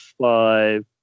five